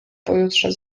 pojutrze